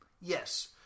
Yes